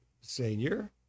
senior